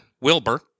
Wilbur